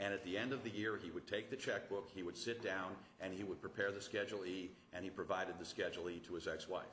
and at the end of the year he would take the check book he would sit down and he would prepare the schedule e and he provided the schedule e to his ex wife